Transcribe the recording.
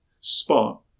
spot